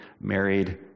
married